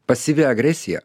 pasyvi agresija